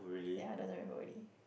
ya doesn't remember already